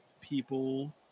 people